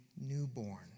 newborn